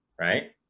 right